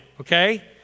okay